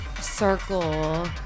circle